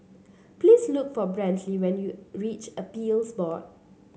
please look for Brantley when you reach Appeals Board